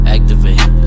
Activate